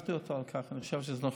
בירכתי אותו על כך, אני חושב שזה נכון.